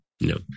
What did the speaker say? No